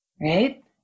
Right